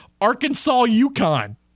Arkansas-UConn